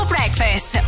Breakfast